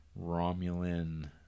Romulan